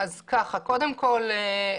קודם כל,